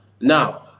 Now